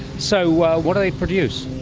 so what do they produce?